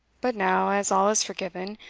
but now, as all is forgiven,